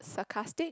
sarcastic